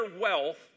wealth